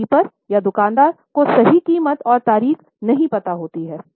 stock keeper या दुकानदार को सही कीमत और तारीख नहीं पता होती है